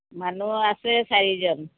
মানুহ আছে চাৰিজন